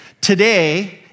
today